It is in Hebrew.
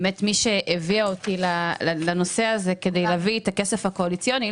אז באמת מי שהביאה אותי לנושא הזה כדי להביא את הכסף הקואליציוני,